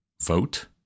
vote